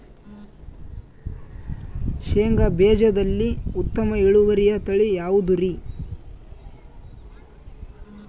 ಶೇಂಗಾ ಬೇಜದಲ್ಲಿ ಉತ್ತಮ ಇಳುವರಿಯ ತಳಿ ಯಾವುದುರಿ?